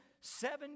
seven